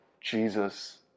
Jesus